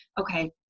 okay